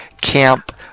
camp